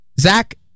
Zach